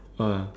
!wow!